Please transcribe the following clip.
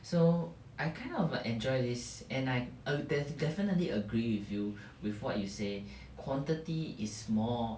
so I kind of enjoy this and I err def~ definitely agree with you with what you say quantity is more